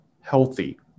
healthy